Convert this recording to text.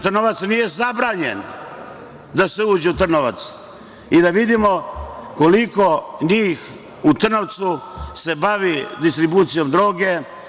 Trnovac nije zabranjen, da se uđe u Trnovac i da vidimo koliko njih u Trnovcu se bavi distribucijom droge.